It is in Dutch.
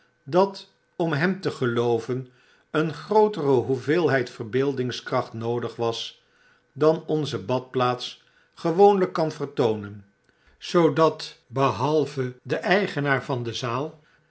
dat om hem te gelooveo een grootere hoeveelheid verbeeldingskracht noodig was dan onze badplaats gewoonlijk kan vertoonen zoodat behalve de eigenaar van de zaal